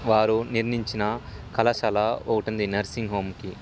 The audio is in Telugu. వారు నిర్మించిన కళాశాల ఒకటుంది నర్సింగ్ హోమ్కి